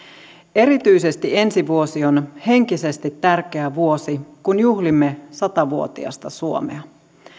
erityisesti ensi vuosi on henkisesti tärkeä vuosi kun juhlimme sata vuotiasta suomea